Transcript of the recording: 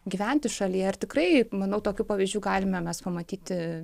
gyventi šalyje ir tikrai manau tokių pavyzdžių galime mes pamatyti